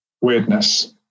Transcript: weirdness